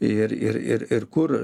ir ir ir ir kur